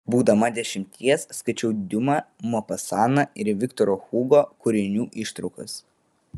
būdama dešimties skaičiau diuma mopasaną ir viktoro hugo kūrinių ištraukas